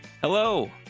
Hello